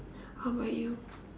how about you